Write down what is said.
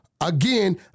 again